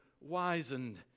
wizened